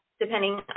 depending